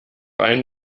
ein